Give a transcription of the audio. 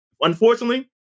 unfortunately